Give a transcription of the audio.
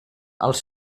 els